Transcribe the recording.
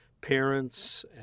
parents